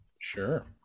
Sure